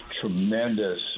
tremendous